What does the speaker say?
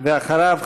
ואחריו,